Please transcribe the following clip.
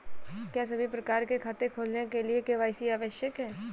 क्या सभी प्रकार के खाते खोलने के लिए के.वाई.सी आवश्यक है?